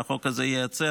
שהחוק הזה ייצר,